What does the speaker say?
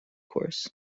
course